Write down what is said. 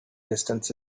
distance